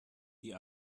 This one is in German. die